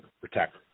protect